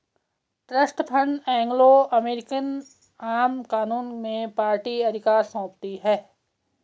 trust fund Anglo American आम कानून में पार्टी अधिकार सौंपती है